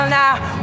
now